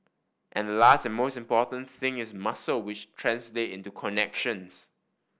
and last and most important thing is muscle which translate into connections